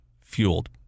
fueled